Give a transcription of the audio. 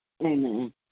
Amen